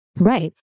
Right